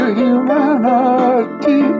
humanity